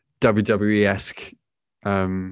WWE-esque